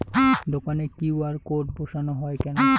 দোকানে QR code বসানো হয় কেন?